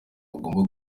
bagombaga